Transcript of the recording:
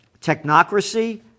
technocracy